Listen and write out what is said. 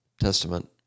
Testament